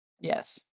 yes